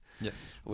Yes